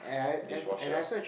dishwasher